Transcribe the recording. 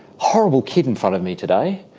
horrible kid in front of me today.